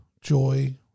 joy